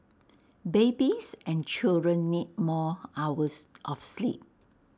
babies and children need more hours of sleep